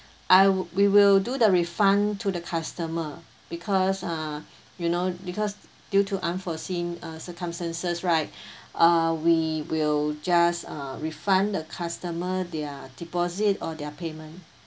I we will do the refund to the customer because uh you know because due to unforeseen uh circumstances right uh we will just uh refund the customer their deposit or their payment